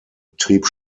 trieb